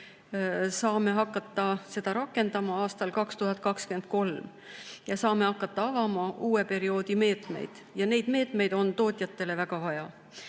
saame hakata seda rakendama aastal 2023 ja saame hakata avama uue perioodi meetmeid. Neid meetmeid on tootjatele väga vaja.